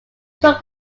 took